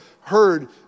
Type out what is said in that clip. heard